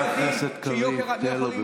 חבר הכנסת קריב, תן לו,